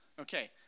Okay